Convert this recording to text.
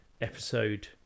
episode